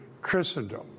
Christendom